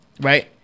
right